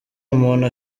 umuntu